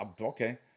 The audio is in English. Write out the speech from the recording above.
Okay